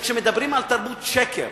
שכאשר מדברים על תרבות שקר